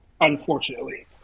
Unfortunately